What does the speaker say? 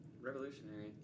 revolutionary